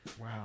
Wow